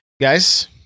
Guys